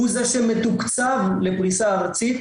הוא זה שמתוקצב לפריסה ארצית,